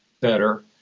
better